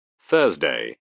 Thursday